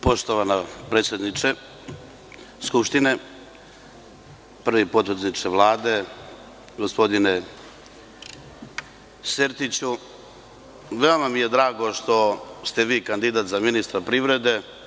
Poštovana predsednice Skupštine, prvi potpredsedniče Vlade, gospodine Sertiću, veoma mi je drago što ste vi kandidat za ministra privrede.